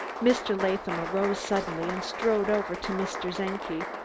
mr. latham arose suddenly and strode over to mr. czenki,